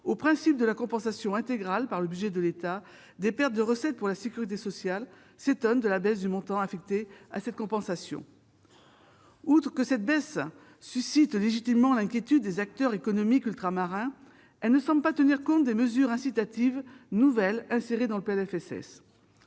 au principe de la compensation intégrale par le budget de l'État des pertes de recettes pour la sécurité sociale, s'étonne de la baisse du montant affecté à cette compensation. Non seulement cette baisse suscite l'inquiétude légitime des acteurs économiques ultramarins, mais elle ne semble pas tenir compte des mesures incitatives nouvelles inscrites dans le PLFSS.